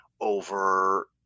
over